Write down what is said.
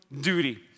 duty